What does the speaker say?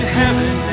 heaven